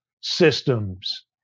systems